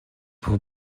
pour